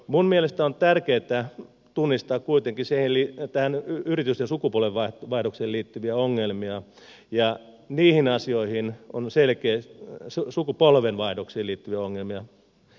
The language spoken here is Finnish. minun mielestäni on tärkeätä tunnistaa kuitenkin tähän yritysten sukupolvenvaihdoksiin liittyviä ongelmia ja lähtökohta on selkeä sotasukupolven vaihdoksiin liittyy ongelmia